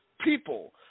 people